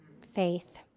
Faith